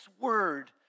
word